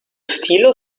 stilo